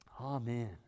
Amen